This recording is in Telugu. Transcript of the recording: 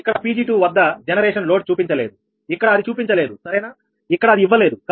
ఇక్కడ 𝑃𝑔2 వద్ద జనరేషన్ లోడ్ చూపించలేదు ఇక్కడ అది చూపించలేదు సరేనా ఇక్కడ అది ఇవ్వలేదు